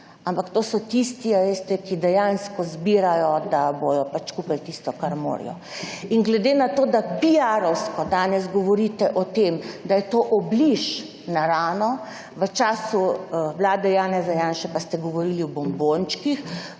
ampak to so tisti, ki dejansko zbirajo, da bodo kupili tisto kar morajo. In glede na to, da piarovsko danes govorite o tem, da je to obliž na rano, v času Vlade Janeza Janše pa ste govorili o bombončkih